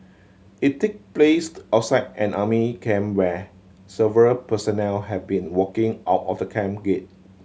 it take placed outside an army camp where several personnel have been walking out of the camp gate